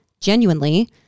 genuinely